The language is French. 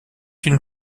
une